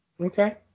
Okay